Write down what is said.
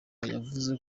yavuze